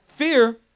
Fear